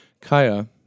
Kaya